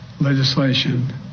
legislation